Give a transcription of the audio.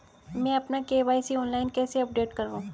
मैं अपना KYC online कैसे अपडेट करूँ?